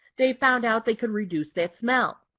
they found out they could reduce that smell.